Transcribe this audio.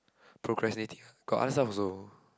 procrastinating got other stuff also